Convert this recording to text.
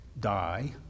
die